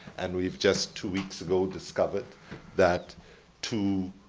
and we just, two weeks ago, discovered that two